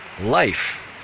life